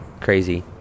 crazy